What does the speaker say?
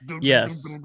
Yes